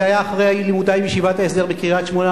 זה היה אחרי לימודי בישיבת ההסדר בקריית-שמונה.